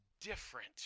different